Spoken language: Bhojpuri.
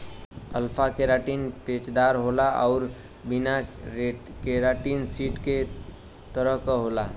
अल्फा केराटिन पेचदार होला आउर बीटा केराटिन सीट के तरह क होला